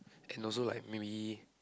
and also like maybe